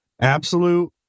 Absolute